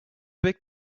big